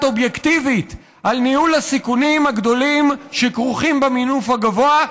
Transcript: אובייקטיבית על ניהול הסיכונים הגדולים שכרוכים במינוף הגבוה,